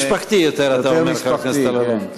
משפחתי יותר, אתה אומר, חבר הכנסת אלאלוף.